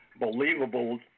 believable